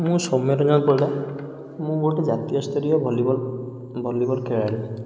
ମୁଁ ସୋମ୍ୟରଞ୍ଜନ ପଣ୍ଡା ମୁଁ ଗୋଟେ ଜାତୀୟ ସ୍ତରୀୟ ଭଲିବଲ ଭଲିବଲ ଖେଳାଳି